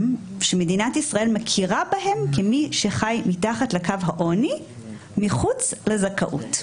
שמדינת ישראל מכירה בהם כמי שחיים מתחת לקו העוני מחוץ לזכאות.